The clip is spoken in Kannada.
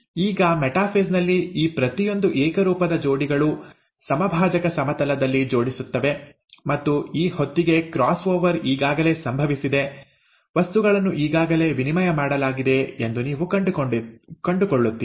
ಈಗ ಮೆಟಾಫೇಸ್ ನಲ್ಲಿ ಈ ಪ್ರತಿಯೊಂದು ಏಕರೂಪದ ಜೋಡಿಗಳು ಸಮಭಾಜಕ ಸಮತಲದಲ್ಲಿ ಜೋಡಿಸುತ್ತವೆ ಮತ್ತು ಈ ಹೊತ್ತಿಗೆ ಕ್ರಾಸ್ ಓವರ್ ಈಗಾಗಲೇ ಸಂಭವಿಸಿದೆ ವಸ್ತುಗಳನ್ನು ಈಗಾಗಲೇ ವಿನಿಮಯ ಮಾಡಲಾಗಿದೆ ಎಂದು ನೀವು ಕಂಡುಕೊಳ್ಳುತ್ತೀರಿ